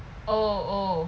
oh oh